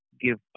give